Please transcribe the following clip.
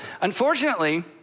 Unfortunately